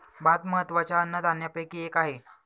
भात महत्त्वाच्या अन्नधान्यापैकी एक आहे